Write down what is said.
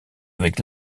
avec